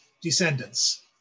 descendants